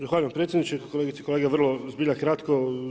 Zahvaljujem predsjedniče, kolegice i kolege vrlo zbilja kratko.